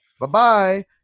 bye-bye